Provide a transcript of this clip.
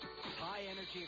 High-energy